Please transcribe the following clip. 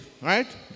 right